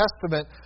Testament